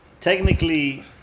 technically